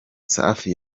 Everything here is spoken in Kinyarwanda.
safi